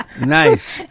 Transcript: nice